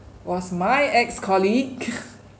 was my ex-colleague